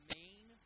main